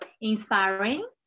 inspiring